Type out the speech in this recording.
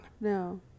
No